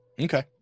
Okay